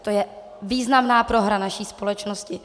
To je významná prohra naší společnosti.